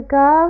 go